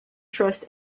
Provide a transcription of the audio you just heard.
trust